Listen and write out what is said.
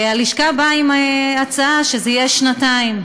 הלשכה באה עם הצעה שזה יהיה שנתיים,